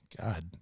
God